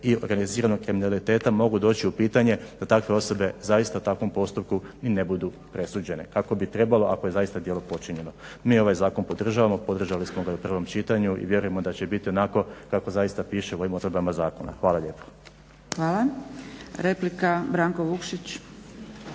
i organiziranog kriminaliteta mogu doći u pitanje da takve osobe zaista u takvom postupku ni ne budu presuđene kako bi trebalo ako je zaista djelo počinjeno. Mi ovaj zakon podržavamo, podržali smo ga i u prvom čitanju i vjerujemo da će biti onako kako zaista piše u ovim odredbama zakona. Hvala lijepa. **Zgrebec, Dragica